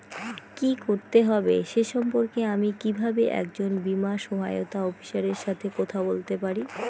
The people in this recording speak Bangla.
কী করতে হবে সে সম্পর্কে আমি কীভাবে একজন বীমা সহায়তা অফিসারের সাথে কথা বলতে পারি?